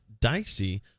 dicey